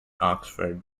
oxford